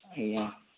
ଆଜ୍ଞା